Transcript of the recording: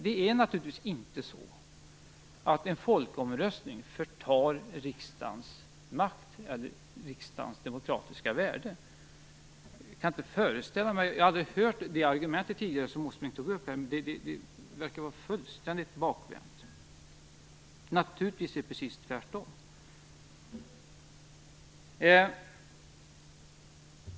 Jag har aldrig tidigare hört det argumentet, men det verkar vara fullständigt bakvänt. Det är naturligtvis inte så att en folkomröstning berövar riksdagen dess makt eller demokratiska värde. Naturligtvis är det precis tvärtom.